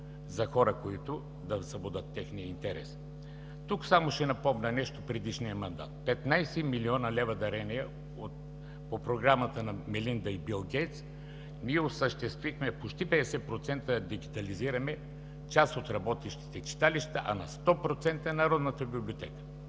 за хора, които да събудят техния интерес. Тук само ще напомня нещо от предишния мандат: 15 млн. лв. дарение по програмата на Мелинда и Бил Гейтс, ние осъществихме почти 50% дигитализиране на част от работещите читалища, а на 100% Народната библиотека.